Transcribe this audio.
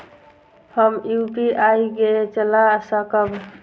हम यू.पी.आई के चला सकब?